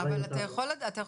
אבל אתה זוכר,